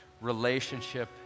relationship